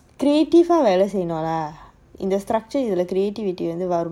creative வேலசெய்யணும்:vela seyyanum the structure வந்து:vandhu